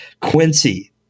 Quincy